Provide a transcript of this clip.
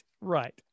right